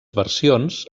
versions